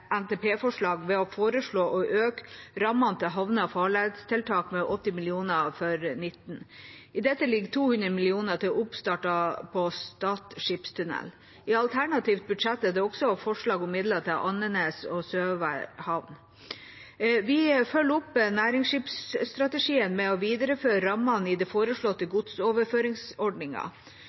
NTP-forslag ved å foreslå å øke rammene til havne- og farledstiltak med 80 mill. kr for 2019. I dette ligger 20 mill. kr til oppstart for Stad skipstunnel. I alternativt budsjett er det også forslag om midler til Andenes og Sørvær havn. Vi følger opp nærskipsfartsstrategien ved å videreføre rammene i den foreslåtte